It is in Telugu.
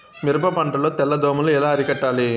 మిరప పంట లో తెల్ల దోమలు ఎలా అరికట్టాలి?